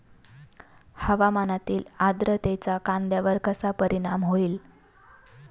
हवामानातील आर्द्रतेचा कांद्यावर कसा परिणाम होईल?